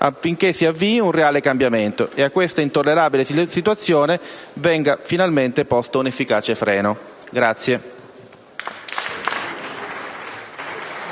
affinché si avvii un reale cambiamento e a questa intollerabile situazione venga finalmente posto un efficace freno.